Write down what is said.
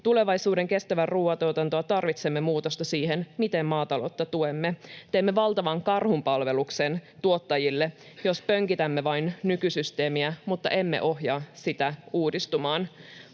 tulevaisuuden kestävää ruuantuotantoa tarvitsemme muutosta siihen, miten maataloutta tuemme. Teemme valtavan karhunpalveluksen tuottajille, jos vain pönkitämme nykysysteemiä mutta emme ohjaa sitä uudistumaan.